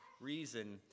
reason